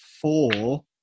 four